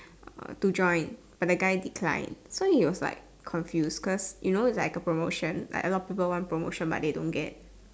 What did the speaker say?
to join but the guy declined so he was like confused cause you know it's like a promotion like a lot of people want promotion but they don't get